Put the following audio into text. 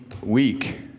week